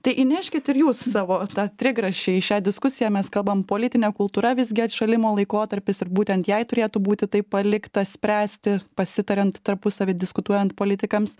tai įneškit ir jūs savo tą trigrašį į šią diskusiją mes kalbam politinė kultūra visgi atšalimo laikotarpis ir būtent jai turėtų būti tai palikta spręsti pasitariant tarpusavy diskutuojant politikams